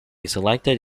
selected